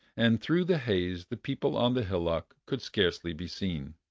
and through the haze the people on the hillock could scarcely be seen.